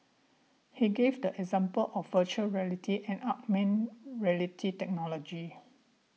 he gave the example of Virtual Reality and augmented reality technology